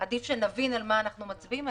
ועדיף שנבין על מה אנחנו מצביעים.